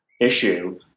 issue